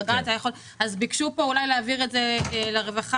אז ביקשו פה אולי להעביר את זה לרווחה,